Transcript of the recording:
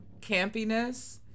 campiness